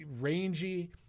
rangy